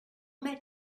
met